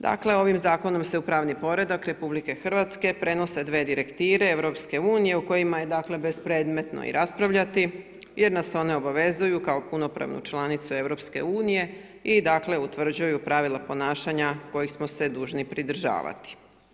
Dakle ovim zakonom se u pravi poredak RH prenosi dvije direktive EU o kojima je bespredmetno i raspravljati jer nas one obavezuju kao punopravnu članicu EU i utvrđuju pravila ponašanja kojih smo se dužni pridržavati.